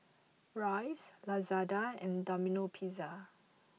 Royce Lazada and Domino Pizza